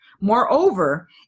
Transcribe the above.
moreover